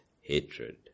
hatred